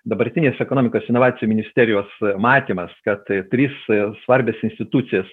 dabartinės ekonomikos inovacijų ministerijos matymas kad trys svarbias institucijas